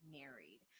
married